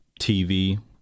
TV